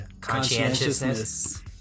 Conscientiousness